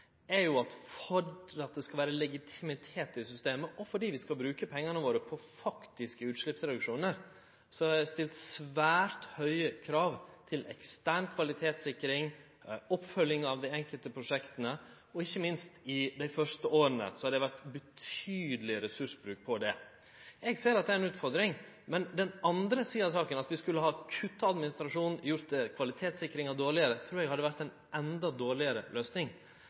er jo at det skal vere legitimitet i systemet, og fordi vi skal bruke pengane våre på faktiske utsleppsreduksjonar har eg stilt svært høge krav til ekstern kvalitetssikring og oppfølging av dei enkelte prosjekta. Ikkje minst i dei første åra av eit prosjekt er det betydeleg ressursbruk på det. Eg ser at det er ei utfordring, men eg trur at om vi skulle ha kutta i ressursane til administrasjon og gjort kvalitetssikringa dårlegare, så hadde det vore ei enda dårlegare løysing.